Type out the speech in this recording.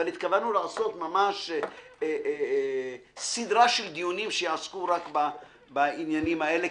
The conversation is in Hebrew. אבל התכוונו לעשות ממש סידרה של דיונים שיעסקו רק בעניינים האלה,